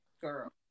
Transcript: girl